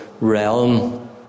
realm